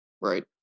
Right